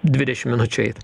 dvidešimt minučių eit